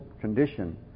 condition